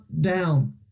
down